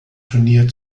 turnier